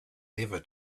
never